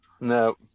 No